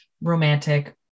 romantic